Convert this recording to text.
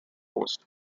proposed